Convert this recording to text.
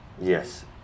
Yes